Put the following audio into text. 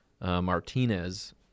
Martinez